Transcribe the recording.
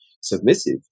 submissive